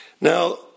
Now